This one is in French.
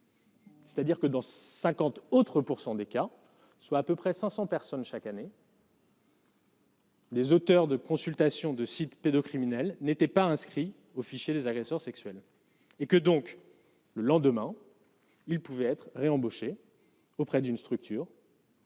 C'est-à-dire que dans 50 autres pour 100 des cas, soit à peu près 500 personnes chaque année. Les auteurs de consultation de sites pédocriminels n'était pas inscrit au fichier des agresseurs sexuels et que donc le lendemain, il pouvait être réembauchés auprès d'une structure.